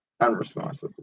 unresponsibly